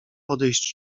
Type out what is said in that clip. odejść